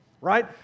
right